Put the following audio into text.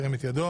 ירים את ידו.